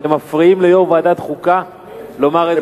אתם מפריעים ליושב-ראש ועדת החוקה לומר את דברו.